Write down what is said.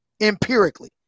Empirically